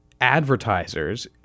advertisers